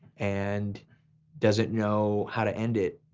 and doesn't know how to end it.